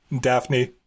Daphne